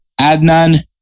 Adnan